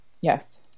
Yes